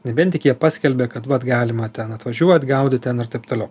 nebent tik jie paskelbia kad galima ten atvažiuot gaudyt ten ir taip toliau